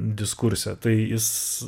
diskurse tai jis